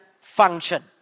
function